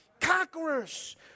Conquerors